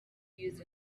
used